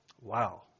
Wow